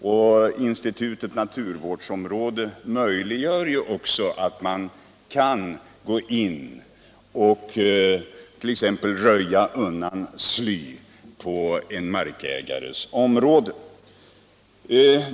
Institutet naturvårdsområde gör det också möjligt att röja undan sly på en markägares område.